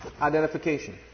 identification